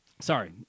Sorry